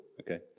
okay